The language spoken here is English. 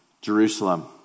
Jerusalem